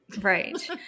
Right